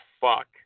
fuck